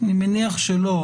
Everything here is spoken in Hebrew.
אני מניח שלא.